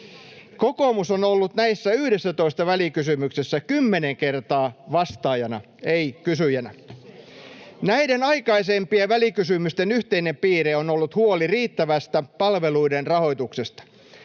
Kokoomus on ollut näissä 11 välikysymyksessä kymmenen kertaa vastaajana, ei kysyjänä. Näiden aikaisempien välikysymysten yhteinen piirre on ollut huoli riittävästä palveluiden rahoituksesta.